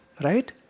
Right